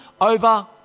over